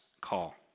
call